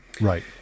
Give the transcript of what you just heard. Right